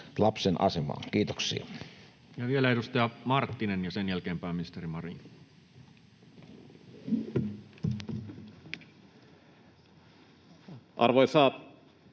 lapsen asemaan. — Kiitoksia. Vielä edustaja Marttinen, ja sen jälkeen pääministeri Marin. Arvoisa